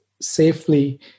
safely